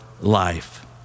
life